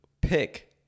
pick